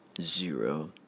zero